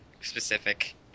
specific